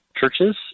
churches